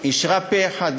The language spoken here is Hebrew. אישרה פה-אחד,